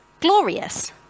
glorious